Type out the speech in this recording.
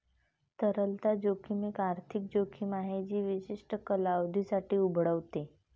तरलता जोखीम एक आर्थिक जोखीम आहे जी विशिष्ट कालावधीसाठी उद्भवते